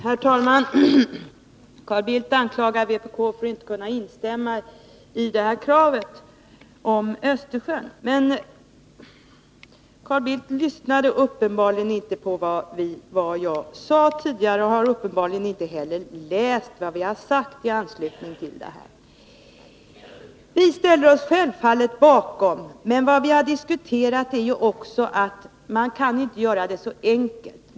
Herr talman! Carl Bildt anklagar vpk för att inte kunna instämma i det här kravet i fråga om Östersjön. Men Carl Bildt lyssnade uppenbarligen inte på vad jag sade tidigare och har uppenbarligen inte heller läst vad vi har sagt i anslutning till denna fråga. Vi ställer oss självfallet bakom kravet. Men vad vi har diskuterat är ju också att man inte kan göra det så enkelt.